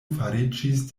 fariĝis